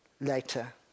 later